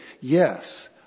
yes